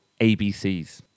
ABCs